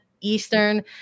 eastern